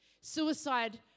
suicide